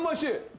um shoot